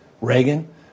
Reagan